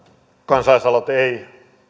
kansalaisaloite ei